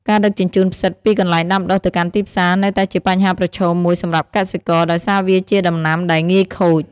ការដឹកជញ្ជូនផ្សិតពីកន្លែងដាំដុះទៅកាន់ទីផ្សារនៅតែជាបញ្ហាប្រឈមមួយសម្រាប់កសិករ ដោយសារវាជាដំណាំដែលងាយខូច។